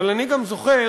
אבל אני גם זוכר,